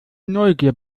neugier